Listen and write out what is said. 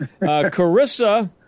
Carissa